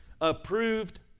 approved